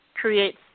creates